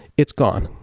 it's gone.